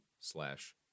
slash